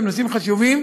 שהם נושאים חשובים,